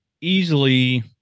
easily